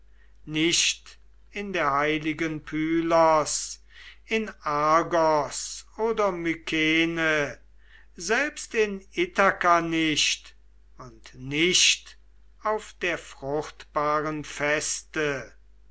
nicht in der heiligen pylos in argos oder mykene selbst in ithaka nicht und nicht auf der fruchtbaren feste